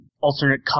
alternate